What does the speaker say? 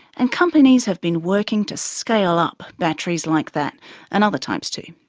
and companies have been working to scale up batteries like that and other types too.